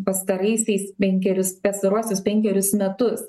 pastaraisiais penkerius pastaruosius penkerius metus